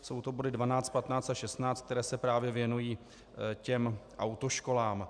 Jsou to body 12, 15 a 16, které se právě věnují autoškolám.